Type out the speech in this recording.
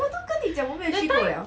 我都跟你讲我没有去过 liao